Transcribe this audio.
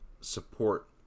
support